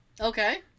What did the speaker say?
Okay